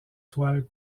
toiles